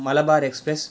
Malabar express